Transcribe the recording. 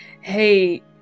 Hey